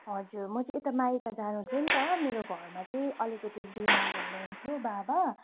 हजुर म चाहिँ यता माइत जानु थियो नि त मेरो घरमा चाहिँ अलिकति बिमार हुनुहुन्थ्यो बाबा